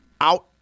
out